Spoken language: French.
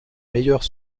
meilleurs